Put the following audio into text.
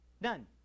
None